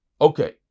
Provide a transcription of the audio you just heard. Okay